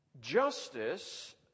Justice